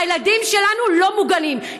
הילדים שלנו לא מוגנים,